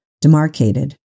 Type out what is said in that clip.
demarcated